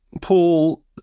Paul